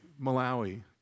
Malawi